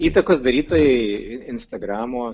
įtakos darytojai instagramo